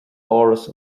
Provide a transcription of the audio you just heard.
áras